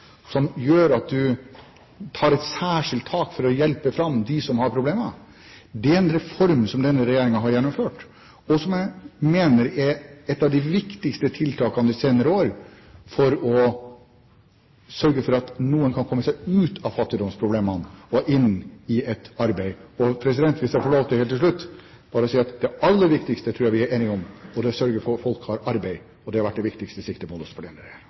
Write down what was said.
som gjør at du tar et særskilt tak for å hjelpe fram dem som har problemer, er en reform som denne regjeringen har gjennomført, og som jeg mener er et av de viktigste tiltakene de senere år for å sørge for at noen kan komme seg ut av fattigdomsproblemene og inn i et arbeid. Hvis jeg får lov til helt til slutt bare å si at det aller viktigste tror jeg vi er enige om, og det er å sørge for at folk har arbeid. Det har vært det viktigste siktemålet også for